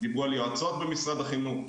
דיברו על יועצות במשרד החינוך,